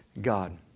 God